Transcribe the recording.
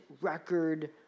record